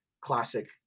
classic